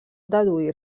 deduir